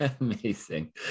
Amazing